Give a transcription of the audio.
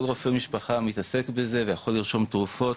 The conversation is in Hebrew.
כל רופא משפחה מתעסק בזה ויכול לרשום תרופות